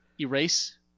erase